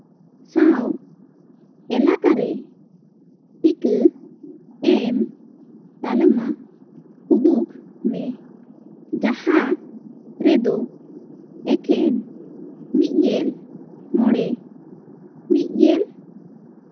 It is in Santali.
ᱥᱟᱶ ᱮᱞᱟᱠᱟᱨᱮ ᱴᱤᱠᱟᱹ ᱮᱢ ᱛᱟᱞᱟᱢᱟ ᱩᱫᱩᱜᱽ ᱢᱮ ᱡᱟᱦᱟᱸ ᱨᱮᱫᱚ ᱮᱠᱷᱮᱱ ᱢᱤᱫ ᱜᱮᱞ ᱢᱚᱬᱮ ᱢᱤᱫ ᱜᱮᱞ